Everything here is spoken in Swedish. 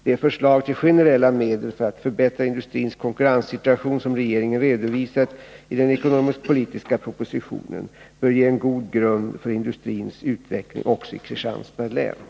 De förslag till generella medel för att förbättra industrins konkurrenssituation som regeringen redovisat i den ekonomisk-politiska propositionen bör ge en god grund för industrins utveckling också i Kristianstads län.